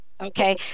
Okay